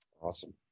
Awesome